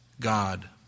God